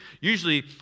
Usually